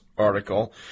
Article